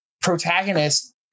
protagonist